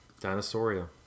Dinosauria